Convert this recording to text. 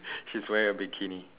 she's wearing a bikini